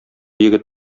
егет